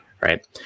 right